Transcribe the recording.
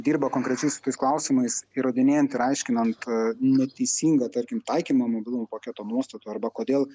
dirbo konkrečiai su tais klausimais įrodinėjant ir aiškinant neteisingą tarkim taikymą mobilumo paketo nuostatų arba kodėl